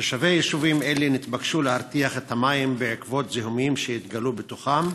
תושבי יישובים אלה התבקשו להרתיח את המים בעקבות זיהומים שהתגלו בתוכם.